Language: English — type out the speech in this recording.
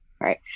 right